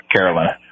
Carolina